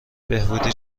بهبودی